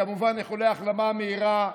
וכמובן איחולי החלמה מהירה לפצועים,